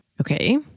okay